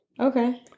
Okay